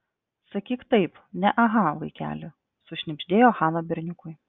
sakyk taip ne aha vaikeli sušnibždėjo hana berniukui